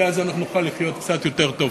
כי אז אנחנו נוכל לחיות קצת יותר טוב.